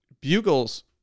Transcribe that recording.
Bugles